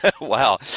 Wow